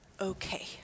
okay